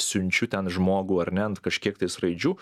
siunčiu ten žmogų ar ne ant kažkiek tais raidžių